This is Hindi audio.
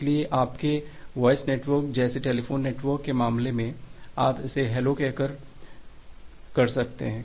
इसलिए आपके वॉइस नेटवर्क जैसे टेलीफोन नेटवर्क के मामले में आप इसे हैलो कहकर कर सकते हैं